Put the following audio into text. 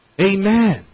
amen